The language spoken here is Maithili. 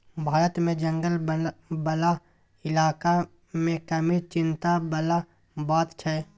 भारत मे जंगल बला इलाका मे कमी चिंता बला बात छै